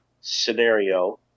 scenario